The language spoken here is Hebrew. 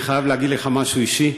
אני חייב להגיד לך משהו אישי,